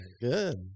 Good